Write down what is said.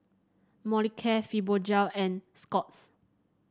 Molicare Fibogel and Scott's